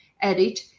edit